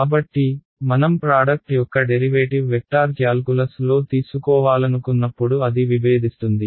కాబట్టి మనం ప్రాడక్ట్ యొక్క డెరివేటివ్ వెక్టార్ క్యాల్కులస్లో తీసుకోవాలనుకున్నప్పుడు అది విభేదిస్తుంది